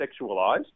sexualized